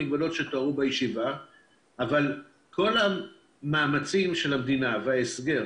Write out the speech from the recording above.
אבל כל המאמצים של המדינה, ההסגר